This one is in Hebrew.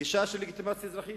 גישה של לגיטימציה אזרחית,